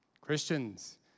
Christians